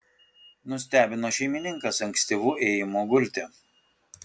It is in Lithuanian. nustebino šeimininkas ankstyvu ėjimu gulti